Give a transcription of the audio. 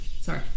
sorry